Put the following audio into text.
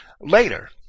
Later